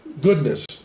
goodness